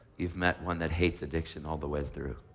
you've met one that hates addiction all the way through.